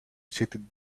seated